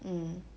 mm